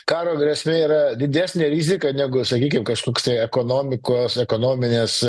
karo grėsmė yra didesnė rizika negu sakykim kažkoksai ekonomikos ekonominės